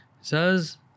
says